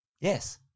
Yes